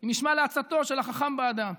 אם ישמע לעצתו של החכם באדם.